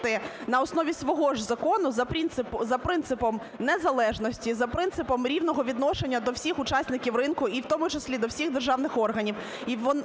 на основі свого ж закону за принципом незалежності, за принципом рівного відношення до всіх учасників ринку, і в тому числі до всіх державних органів.